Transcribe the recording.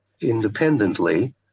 independently